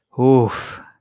Oof